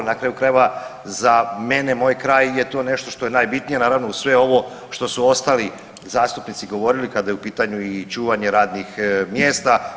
Na kraju krajeva za mene, moj kraj je to nešto što je najbitnije naravno uz sve ovo što su ostali zastupnici govorili kada je u pitanju i čuvanje radnih mjesta.